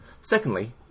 Secondly